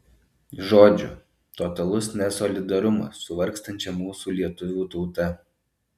žodžiu totalus nesolidarumas su vargstančia mūsų lietuvių tauta